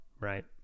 right